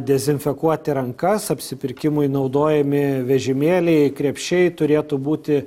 dezinfekuoti rankas apsipirkimui naudojami vežimėliai krepšiai turėtų būti